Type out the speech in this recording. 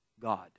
God